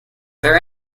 there